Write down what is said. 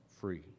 free